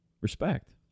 Respect